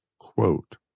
quote